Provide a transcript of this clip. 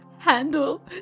handle